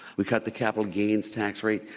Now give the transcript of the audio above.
we cut the capital gains tax rate,